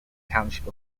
township